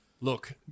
Look